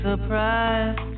Surprise